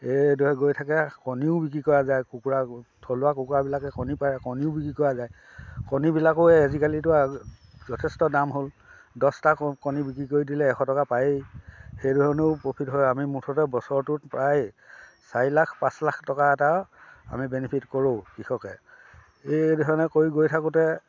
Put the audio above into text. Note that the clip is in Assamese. এইদৰে গৈ থাকে কণীও বিক্ৰী কৰা যায় কুকুৰা থলুৱা কুকুৰাবিলাক কণী পাৰে কণীও বিক্ৰী কৰা যায় কণীবিলাকো এই আজিকালিতো আৰু যথেষ্ট দাম হ'ল দহটা ক কণী বিক্ৰী কৰি দিলে এশ টকা পায়েই সেইধৰণেও প্ৰফিট হয় আমি মুঠতে বছৰটোত প্ৰায় চাৰি লাখ পাঁচ লাখ টকা এটা আমি বেনিফিট কৰোঁ কৃষকে এই ধৰণে কৰি গৈ থাকোঁতে